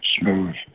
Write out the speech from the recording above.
smooth